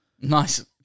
Nice